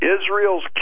Israel's